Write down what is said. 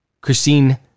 Christine